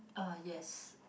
uh yes